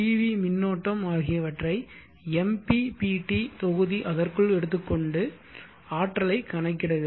we மின்னோட்டம் ஆகியவற்றை MPPT தொகுதி அதற்குள் எடுத்துக்கொண்டு ஆற்றலை கணக்கிடுகிறது